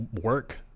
work